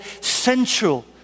central